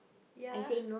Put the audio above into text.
ya